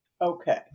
Okay